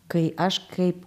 kai aš kaip